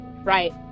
right